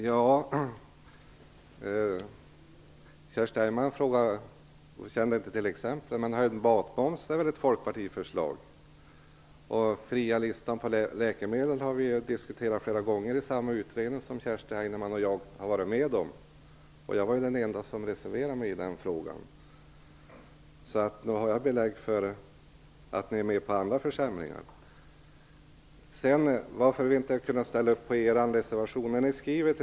Fru talman! Kerstin Heinemann kände inte till exemplen, men förslaget om höjd matmoms är väl folkpartistiskt. Listan över fria läkemedel har Kerstin Heinemann och jag flera gånger diskuterat i en utredning som vi båda varit med i. Jag var den ende som reserverade mig i den frågan. Nog har jag belägg för att ni är med på andra försämringar. Vad gäller anledningen till att vi inte kunnat ställa oss bakom er reservation vill jag säga följande.